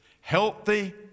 healthy